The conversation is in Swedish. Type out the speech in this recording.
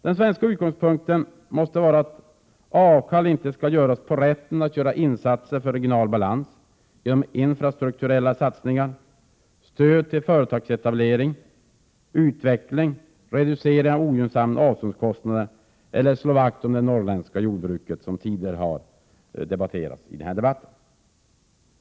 Den svenska utgångspunkten måste vara att avkall inte skall göras på rätten att göra insatser för regional balans genom infrastrukturella satsningar, stöd till företagsetablering och utveckling samt reducering av ogynnsamma avståndskostnader eller genom att slå vakt om det norrländska jordbruket — en fråga som har diskuterats tidigare i denna debatt.